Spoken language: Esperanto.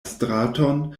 straton